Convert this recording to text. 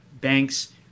banks